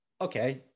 Okay